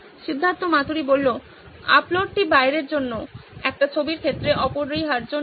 সিদ্ধার্থ মাতুরি আপলোডটি বাইরের জন্য একটি ছবির ক্ষেত্রে অপরিহার্য নয়